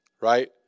right